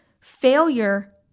Failure